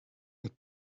get